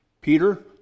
Peter